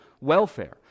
welfare